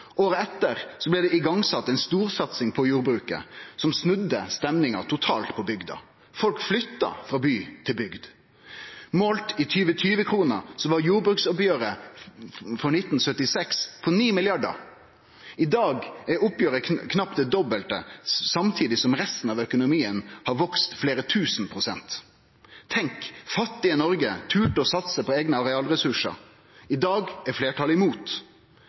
Året etter blei det sett i gang ei storsatsing på jordbruket, som snudde stemninga totalt på bygda. Folk flytta frå by til bygd. Målt i 2020-kroner var jordbruksoppgjeret for 1976 på 9 mrd. kr. I dag er oppgjeret knapt det doble, samtidig som resten av økonomien har vakse med fleire tusen prosent. Tenk – fattige Noreg torde å satse på eigne arealressursar. I dag er fleirtalet imot.